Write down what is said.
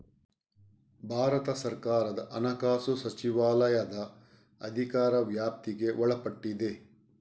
ಭಾರತ ಸರ್ಕಾರದ ಹಣಕಾಸು ಸಚಿವಾಲಯದ ಅಧಿಕಾರ ವ್ಯಾಪ್ತಿಗೆ ಒಳಪಟ್ಟಿದೆ